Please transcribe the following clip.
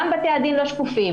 גם בתי הדין לא שקופים,